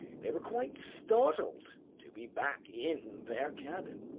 they were quite startled to be back in their cabin.